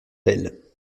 belle